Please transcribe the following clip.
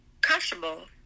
comfortable